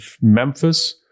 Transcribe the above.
Memphis